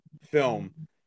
film